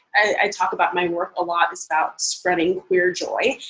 i talk about my work a lot as about spreading queer joy,